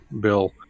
Bill